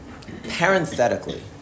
parenthetically